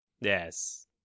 Yes